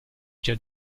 già